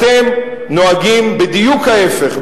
אתם נוהגים בדיוק ההיפך,